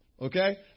Okay